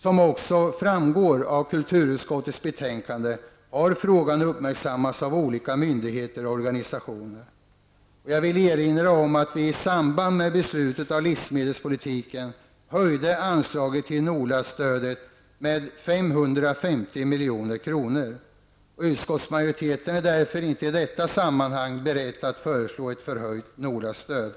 Som också framgår av kulturutskottets betänkande har frågan uppmärksammats av olika myndigheter och organisationer. Jag vill erinra om att vi i samband med beslutet om livsmedelspolitiken höjde anslaget till NOLA stödet med 550 milj.kr. Utskottsmajoriteten är därför inte i detta sammanhang beredd att föreslå ett förhöjt NOLA-stöd.